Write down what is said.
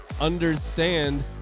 understand